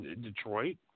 Detroit